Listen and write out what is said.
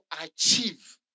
achieve